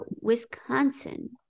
Wisconsin